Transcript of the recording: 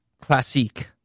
Classique